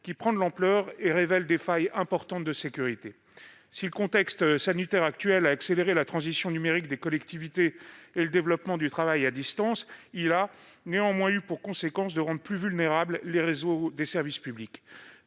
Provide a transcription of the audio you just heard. qui prend de l'ampleur et révèle des failles importantes de sécurité. Si le contexte sanitaire actuel a accéléré la transition numérique des collectivités et le développement du travail à distance, il a néanmoins eu pour conséquence de rendre plus vulnérables les réseaux des services publics.